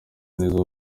neza